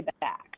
back